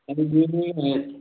आणि वेगवेगळे आहेत